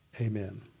amen